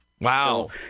Wow